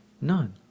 None